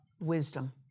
Wisdom